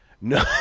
No